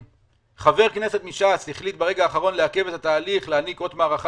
שחבר כנסת מש"ס החליט ברגע האחרון לעכב את התהליך להעניק אות מערכה